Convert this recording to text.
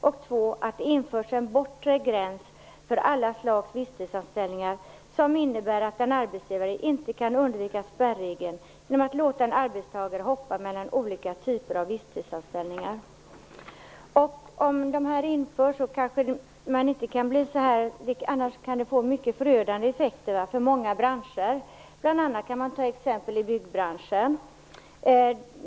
För det andra skall det införas en bortre gräns för alla slags visstidsanställningar, som innebär att en arbetsgivare inte kan undvika spärregeln genom att låta en arbetstagare hoppa mellan olika typer av visstidsanställningar. Om inte dessa regler införs kan effekterna bli mycket förödande för många branscher, bl.a. byggbranschen.